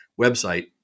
website